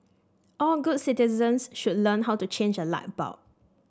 all good citizens should learn how to change a light bulb